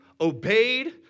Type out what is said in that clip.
obeyed